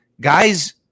guys